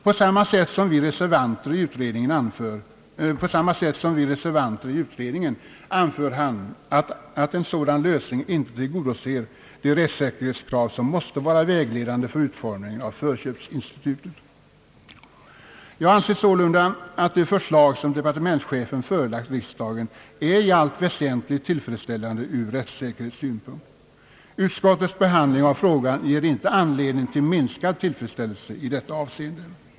På samma sätt som vi reservanter i utredningen anför justitieministern att en sådan lösning inte tillgodoser de rättssäkerhetskrav som måste vara vägledande för utformningen av förköpsinstitutet. Jag anser sålunda att det förslag som departementschefen förelagt riksdagen i allt väsentligt är tillfredsställande ur rättssäkerhetssynpunkt, Utskottets behandling av frågan ger inte anledning till minskad tillfredsställelse i detta avseende.